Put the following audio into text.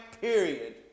period